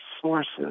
sources